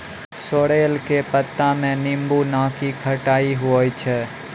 sorrel के पत्ता मॅ नींबू नाकी खट्टाई होय छै